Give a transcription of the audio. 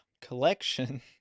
collection